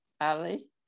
Ali